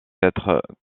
être